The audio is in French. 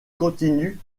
continue